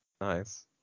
Nice